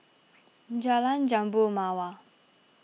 Jalan Jambu Mawar